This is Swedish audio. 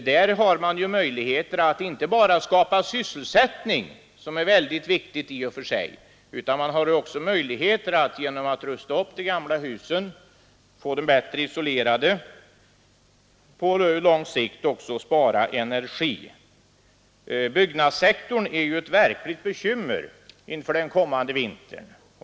Genom sådana lån kunde möjlighet ges inte bara att skapa sysselsättning, vilket är viktigt i och för sig, utan också att rusta upp gamla hus och få dem bättre isolerade och därmed på lång sikt spara energi. Byggnadssektorn är ett verkligt bekymmer inför den kommande vintern.